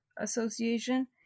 association